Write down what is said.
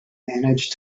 manage